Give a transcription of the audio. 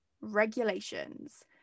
regulations